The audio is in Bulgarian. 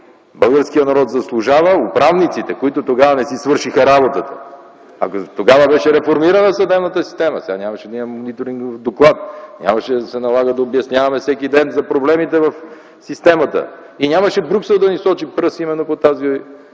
Българският народ заслужава. Управниците са тези, които тогава не си свършиха работата. Ако тогава беше реформирана съдебната система, сега нямаше да има мониторингови доклади, нямаше да се налага да обясняваме всеки ден за проблемите в системата и нямаше Брюксел да ни сочи с пръст именно в тази